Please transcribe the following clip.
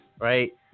right